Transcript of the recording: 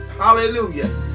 hallelujah